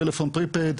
טלפון פריפד,